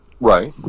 Right